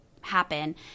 happen